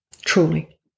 Truly